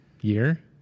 Year